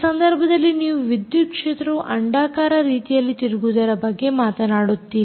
ಈ ಸಂದರ್ಭದಲ್ಲಿ ನೀವು ವಿದ್ಯುತ್ ಕ್ಷೇತ್ರವು ಅಂಡಾಕಾರ ರೀತಿಯಲ್ಲಿ ತಿರುಗುವುದರ ಬಗ್ಗೆ ಮಾತನಾಡುತ್ತೀರಿ